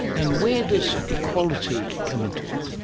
and where does equality come into it?